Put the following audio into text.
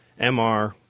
MR